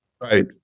Right